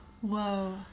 Whoa